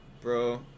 Bro